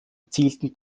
erzielten